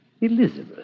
Elizabeth